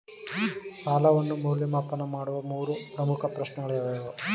ಸಾಲವನ್ನು ಮೌಲ್ಯಮಾಪನ ಮಾಡುವ ಮೂರು ಪ್ರಮುಖ ಪ್ರಶ್ನೆಗಳು ಯಾವುವು?